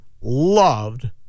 loved